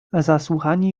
zasłuchani